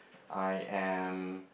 I am